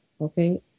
Okay